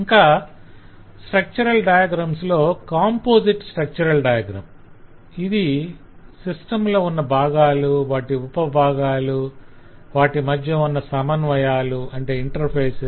ఇంకా structural diagrams లో composite structural diagram - ఇది సిస్టమ్ లో ఉన్న భాగాలు వాటి ఉప భాగాలు వాటి మధ్య ఉన్న సమన్వయాలు interfaces ఇంటర్ఫేసెస్